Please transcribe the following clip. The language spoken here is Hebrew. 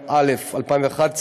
התשע"א 2011,